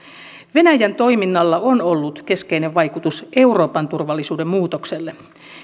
venäjän toiminnalla on ollut keskeinen vaikutus euroopan turvallisuuden muutokseen